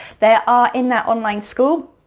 there are, in that online school,